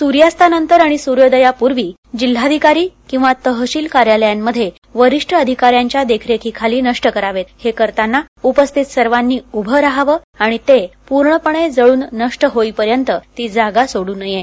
सुर्यास्तानंतर आणि सुर्योदयापूर्वी जिल्हाधिकारी किंवा तहसील कार्यालयांमध्ये वरिष्ठ अधिकाऱ्यांच्या देखरेखीखाली नष्ट करावेत हे करतांना उपस्थित सर्वांनी उभं रहावं आणि ते पूर्णपणे जळून नष्ट होईपर्यंत ती जागासोडू नये